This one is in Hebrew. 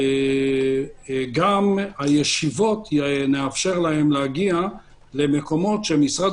גם הישיבות נאפשר להם להגיע למקומות שמשרד